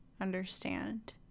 understand